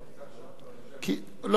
מייד אחרי זה,